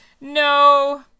No